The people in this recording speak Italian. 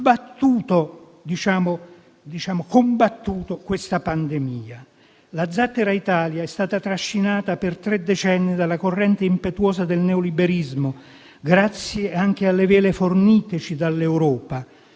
per aver combattuto questa pandemia. La "zattera Italia" è stata trascinata per tre decenni dalla corrente impetuosa del neoliberismo, grazie anche alle vele forniteci dall'Europa,